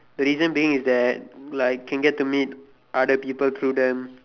reason being is that like can get to meet other people through them